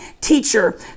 teacher